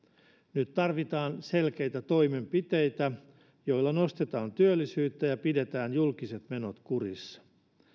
nyt tarvitaan selkeitä toimenpiteitä joilla nostetaan työllisyyttä ja pidetään julkiset menot kurissa